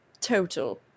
Total